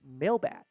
mailbag